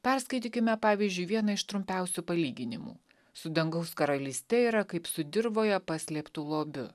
perskaitykime pavyzdžiui vieną iš trumpiausių palyginimų su dangaus karalyste yra kaip su dirvoje paslėptu lobiu